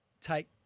take